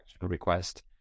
request